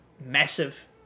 Massive